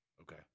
Okay